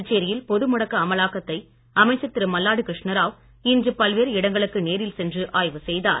புதுச்சேரியில் பொது முடக்க அமலாக்கத்தை அமைச்சர் திரு மல்லாடி கிருஷ்ணராவ் இன்று பல்வேறு இடங்களுக்கு நேரில் சென்று ஆய்வு செய்தார்